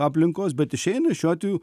aplinkos bet išeina šiuo atveju